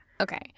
Okay